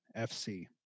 FC